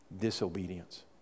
disobedience